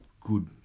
good